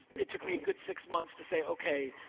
it took me a good six months to say okay,